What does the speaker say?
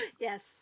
yes